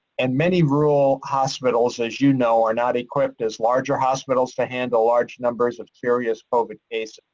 and many rural hospitals as you know are not equipped as larger hospitals to handle large numbers of serious covid cases.